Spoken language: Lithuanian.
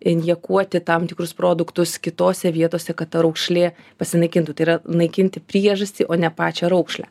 injekuoti tam tikrus produktus kitose vietose kad ta raukšlė pasinaikintų tai yra naikinti priežastį o ne pačią raukšlę